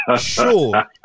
Sure